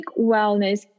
wellness